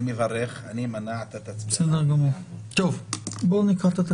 אני מברך, אני אמנע, אתה תצביע בעד.